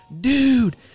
Dude